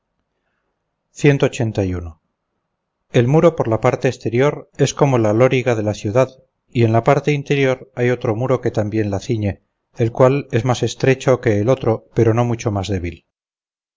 calle el muro por la parte exterior es como la loriga de la ciudad y en la parte interior hay otro muro que también la ciñe el cual es más estrecho que el otro pero no mucho más débil